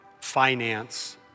finance